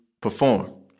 perform